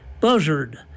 buzzard